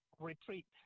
retreat